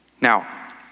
Now